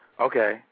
Okay